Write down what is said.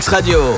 Radio